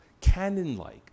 canon-like